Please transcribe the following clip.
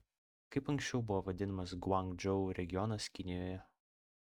kaip anksčiau buvo vadinamas guangdžou regionas kinijoje